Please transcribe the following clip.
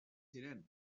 ziren